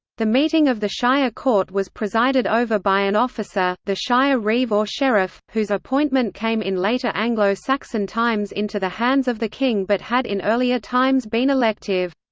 the meeting of the shire court was presided over by an officer, the shire reeve or sheriff, whose appointment came in later anglo-saxon times into the hands of the king but had in earlier times been elective.